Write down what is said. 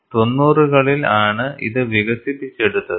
90 കളിൽ ആണ് ഇത് വികസിപ്പിച്ചെടുത്തത്